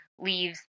leaves